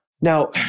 Now